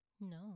No